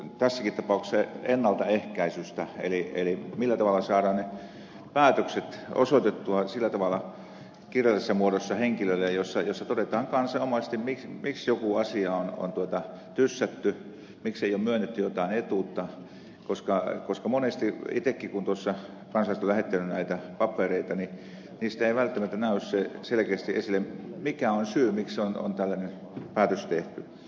kyse on tässäkin tapauksessa ennaltaehkäisystä eli siitä millä tavalla saadaan ne päätökset osoitettua henkilölle sillä tavalla kirjallisessa muodossa jossa todetaan kansanomaisesti miksi joku asia on tyssätty miksei ole myönnetty jotain etuutta koska monesti itsellenikään kun tuossa kansanedustajana olen lähettänyt näitä papereita niistä ei välttämättä tule selkeästi esille mikä on syy miksi on tällainen päätös tehty